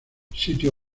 sitio